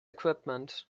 equipment